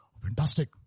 Fantastic